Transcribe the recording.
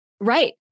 Right